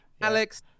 alex